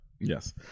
Yes